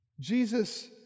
Jesus